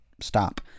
stop